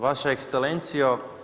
Vaša Ekscelencijo.